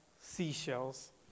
seashells